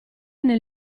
nel